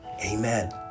Amen